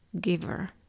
giver